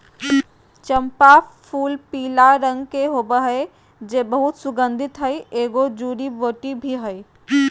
चम्पा फूलपीला रंग के होबे हइ जे बहुत सुगन्धित हइ, एगो जड़ी बूटी भी हइ